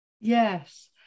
Yes